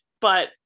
But-